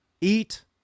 Eat